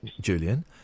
Julian